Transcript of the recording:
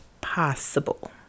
possible